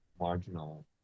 marginal